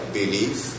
belief